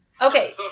Okay